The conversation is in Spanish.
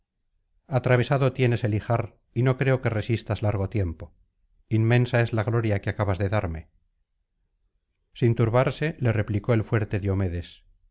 atravesado tienes el ijar y no creo que resistas largo tiempo inmensa es la gloria que acabas de darme sin turbarse le replicó el fuerte diomedes